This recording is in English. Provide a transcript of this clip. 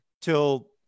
till